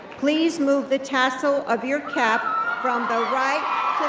please move the tassel of your cap from the right